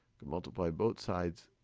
can multiply both sides,